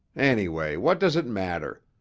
anyway what does it matter?